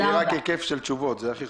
שיהיה פה היקף של תשובות זה מה שחשוב.....